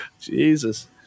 Jesus